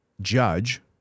judge